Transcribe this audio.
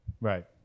Right